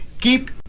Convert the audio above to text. keep